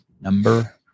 Number